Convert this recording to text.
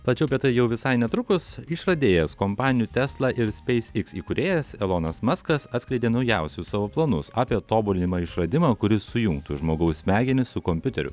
tačiau apie tai jau visai netrukus išradėjas kompanijų tesla ir space x įkūrėjas elonas maskas atskleidė naujausius savo planus apie tobulinamą išradimą kuris sujungtų žmogaus smegenis su kompiuteriu